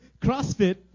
CrossFit